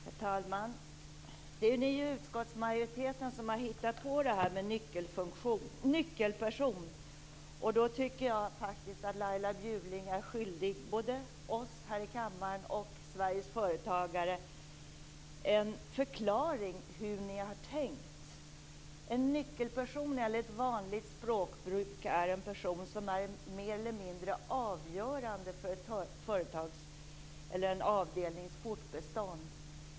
Herr talman! Det är ju ni i utskottsmajoriteten som har hittat på det här med nyckelperson. Jag tycker då att Laila Bjurling är skyldig både oss här i kammaren och Sveriges företagare en förklaring om hur ni har tänkt. En nyckelperson är enligt vanligt språkbruk en person som är mer eller mindre avgörande för ett företags eller en avdelnings fortbestånd.